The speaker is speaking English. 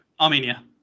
Armenia